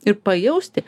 ir pajausti